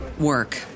work